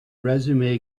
resume